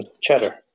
cheddar